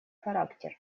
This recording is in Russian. характер